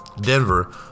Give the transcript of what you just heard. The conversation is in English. Denver